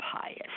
pious